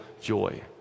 joy